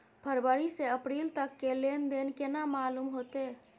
फरवरी से अप्रैल तक के लेन देन केना मालूम होते?